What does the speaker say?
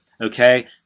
Okay